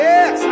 Yes